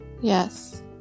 Yes